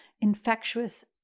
infectious